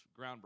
groundbreaking